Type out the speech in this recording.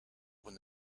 when